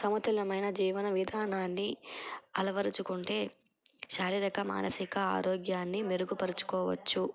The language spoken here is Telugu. సమతులమైన జీవన విధానాన్ని అలవరుచుకుంటే శారీరక మానసిక ఆరోగ్యాన్ని మెరుగుపరుచుకోవచ్చు